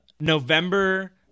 November